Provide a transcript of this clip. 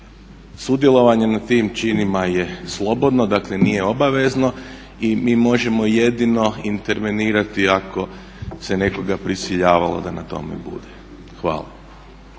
Sudjelovanje na tim činima je slobodno, dakle nije obavezno i mi možemo jedino intervenirati ako se nekoga prisiljavalo da na tome bude. Hvala.